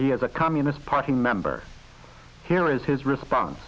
he is a communist party member here is his response